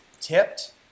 tipped